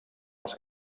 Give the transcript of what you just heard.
els